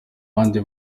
bandi